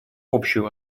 общую